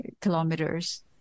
kilometers